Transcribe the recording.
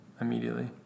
immediately